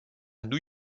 new